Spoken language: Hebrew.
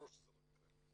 ברור שזה לא יקרה.